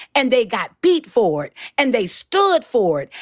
and they got beat for it. and they stood for it.